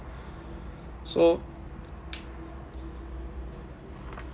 so